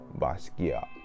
Basquiat